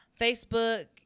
facebook